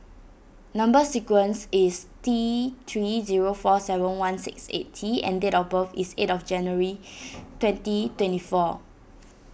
Number Sequence is T three zero four seven one six eight T and date of birth is eight of January twenty twenty four